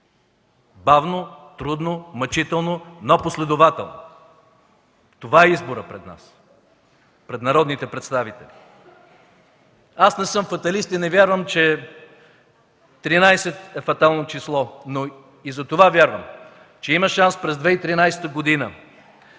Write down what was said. бавно, трудно, мъчително, но последователно. Това е изборът пред нас –народните представители. Аз не съм фаталист, и не вярвам, че тринадесет е фатално число, затова вярвам, че има шанс през 2013 г. да